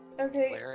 okay